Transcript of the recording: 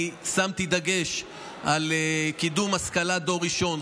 שמתי דגש על קידום השכלה דור ראשון,